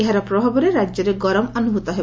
ଏହାର ପ୍ରଭାବରେ ରାଜ୍ୟରେ ଗରମ ଅନୁଭ୍ରତ ହେବ